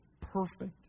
perfect